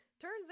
Turns